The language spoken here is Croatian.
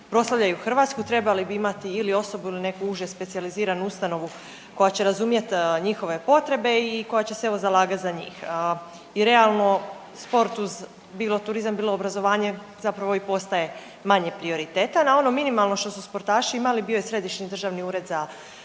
proslavljaju Hrvatsku trebali bi imati ili osobu ili neku uže specijaliziranu ustanovu koja će razumjet njihove potrebe i koja će se evo zalagati za njih. I realno sport uz bilo turizam, bilo obrazovanje zapravo i postaje manje prioritetan, a ono minimalno što su sportaši imali bio je središnji državni ured za